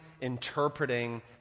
interpreting